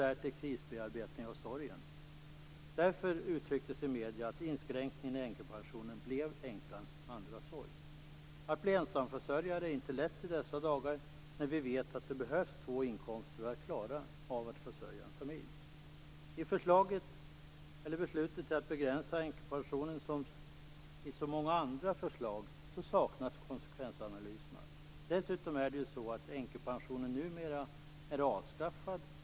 Därtill kommer bearbetningen av sorgen. Därför uttrycktes det i medierna att inskränkningen i änkepensionen blev änkans andra sorg. Att bli ensamförsörjare är inte lätt i dessa dagar. Vi vet att det behövs två inkomster för att man skall klara av att försörja en familj. När det gäller beslutet om att begränsa änkepensionen saknas konsekvensanalyserna, liksom när det gäller många andra förslag. Dessutom är änkepensionen numera avskaffad.